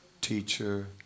teacher